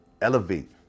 elevate